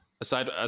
Aside